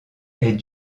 est